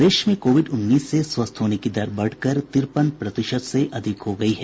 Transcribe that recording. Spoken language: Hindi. प्रदेश में कोविड उन्नीस से स्वस्थ होने की दर बढ़कर तिरपन प्रतिशत से अधिक हो गयी है